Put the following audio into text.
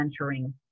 mentoring